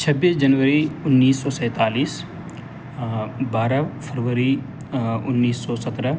چھبیس جنوری انیس سو سینتالیس بارہ فروری انیس سو سترہ